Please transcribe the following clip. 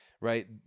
right